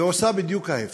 ועושה בדיוק ההפך.